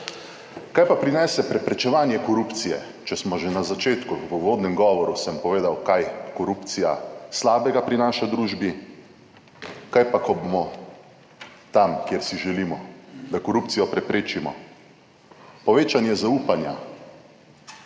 Kaj pa prinese preprečevanje korupcije, če smo že na začetku, v uvodnem govoru sem povedal, kaj korupcija slabega prinaša družbi, kaj pa, ko bomo tam, kjer si želimo, da korupcijo preprečimo? Povečanje zaupanja